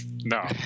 No